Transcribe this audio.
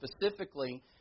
specifically